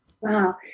Wow